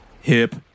hip